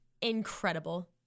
incredible